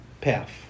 path